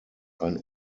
ein